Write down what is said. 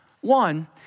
One